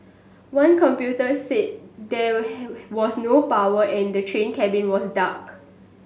one computer said there was no power and the train cabin was dark